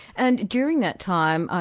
and during that time,